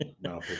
no